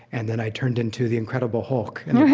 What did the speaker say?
and then i turned into the incredible hulk in